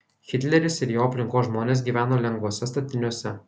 hitleris ir jo aplinkos žmonės gyveno lengvuose statiniuose